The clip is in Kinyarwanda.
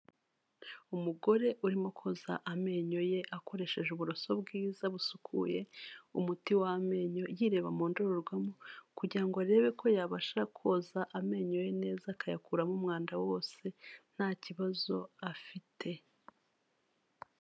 Umugore urimo koza amenyo ye akoresheje uburoso bwiza busukuye, umuti w'amenyo, yireba mu ndorerwamo kugira ngo arebe ko yabasha koza amenyo ye neza, akayakuramo umwanda wose, nta kibazo afite.